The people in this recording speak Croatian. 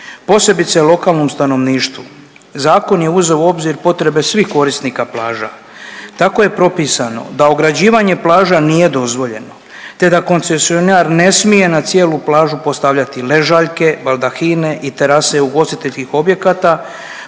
posebice lokalnom stanovništvu. Zakon je uzeo u obzir potrebe svih korisnika plaža. Tako je propisano da ograđivanje plaža nije dozvoljeno te da koncesionar ne smije na cijelu plažu postavljati ležaljke, baldahine i terase ugostiteljskih objekata,